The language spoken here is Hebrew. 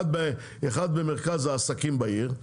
אחד במרכז העסקים בעיר,